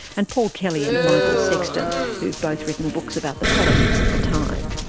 and paul kelly and michael sexton, who have both written books about the politics of the time.